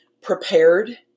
prepared